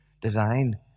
design